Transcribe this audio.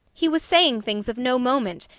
he was saying things of no moment,